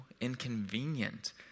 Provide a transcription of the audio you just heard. inconvenient